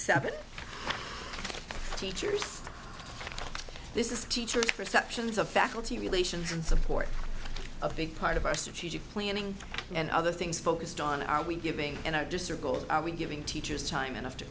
seven teachers this is teacher perceptions of faculty relations and support a big part of our strategic planning and other things focused on are we giving and are just their goals are we giving teachers time enough to